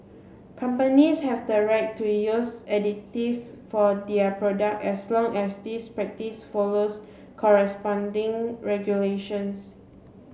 companies have the right to use additives for their product as long as this practice follows corresponding regulations